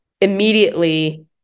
immediately